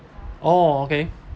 oh okay